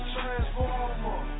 Transformer